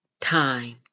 time